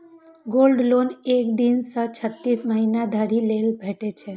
gold loan एक दिन सं छत्तीस महीना धरि लेल भेटै छै